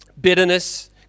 bitterness